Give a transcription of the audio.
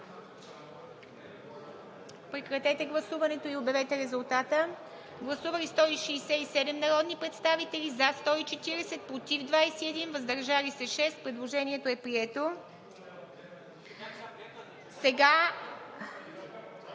прекратете гласуването и обявете резултата. Гласували 189 народни представители: за 189, против и въздържали се няма. Предложението е прието.